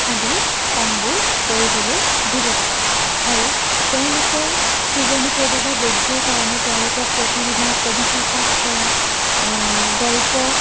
আদি কামবোৰ কৰিবলৈ দিব পাৰে আৰু তেওঁলোকৰ সৃজনী প্ৰতিভাৰ বৃদ্ধিৰ কাৰণে তেওঁলোকক প্ৰতিদিনাই কবিতা পাঠ কৰা গল্প